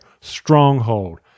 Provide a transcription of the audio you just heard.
Stronghold